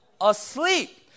asleep